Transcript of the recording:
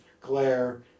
glare